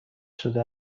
شده